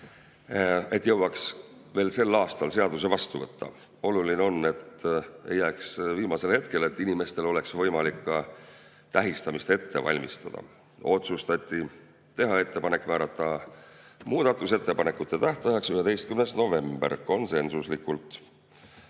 et jõuaks veel sel aastal seaduse vastu võtta. Oluline on, et see ei jääks viimasele hetkele ja inimestel oleks võimalik ka tähistamist ette valmistada. Otsustati teha ettepanek määrata muudatusettepanekute tähtajaks 11. november (konsensuslikult).